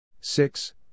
six